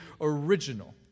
original